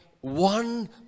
One